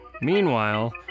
Meanwhile